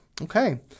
Okay